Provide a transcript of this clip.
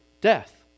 death